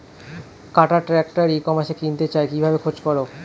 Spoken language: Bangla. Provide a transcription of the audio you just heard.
কাটার ট্রাক্টর ই কমার্সে কিনতে চাই কিভাবে খোঁজ করো?